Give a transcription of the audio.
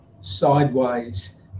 sideways